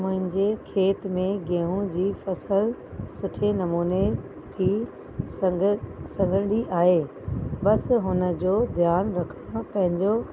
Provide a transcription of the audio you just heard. मुंहिंजे खेत में गेहू जी फ़सुलु सुठे नमूने थी संद सघंदी आहे बसि हुन जो ध्यानु रखिणो पवंदो